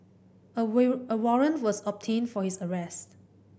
a warrant was obtained for his arrest